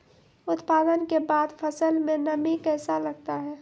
उत्पादन के बाद फसल मे नमी कैसे लगता हैं?